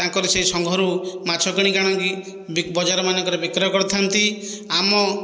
ତାଙ୍କର ସେହି ସଙ୍ଘରୁ ମାଛ କିଣିକି ଆଣିକି ବଜାରମାନଙ୍କରେ ବିକ୍ରୟ କରିଥାନ୍ତି ଆମ